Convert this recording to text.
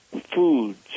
foods